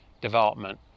development